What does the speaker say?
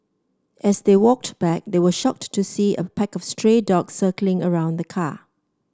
as they walked back they were shocked to see a pack of stray dogs circling around the car